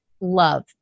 love